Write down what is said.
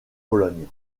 pologne